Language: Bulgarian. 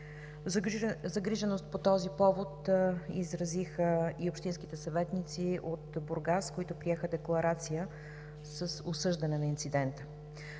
Загриженост по този повод изразиха и общинските съветници от Бургас, които приеха декларация с осъждане на инцидента.